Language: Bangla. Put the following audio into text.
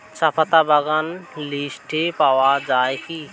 চাপাতা বাগান লিস্টে পাওয়া যায় কি?